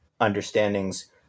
understandings